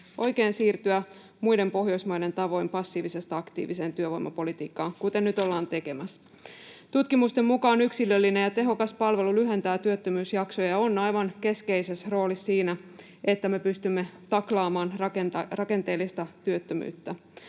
oikein siirtyä muiden Pohjoismaiden tavoin passiivisesta aktiiviseen työvoimapolitiikkaan, kuten nyt ollaan tekemässä. Tutkimusten mukaan yksilöllinen ja tehokas palvelu lyhentää työttömyysjaksoja ja on aivan keskeisessä roolissa siinä, että me pystymme taklaamaan rakenteellista työttömyyttä.